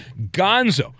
Gonzo